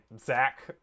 Zach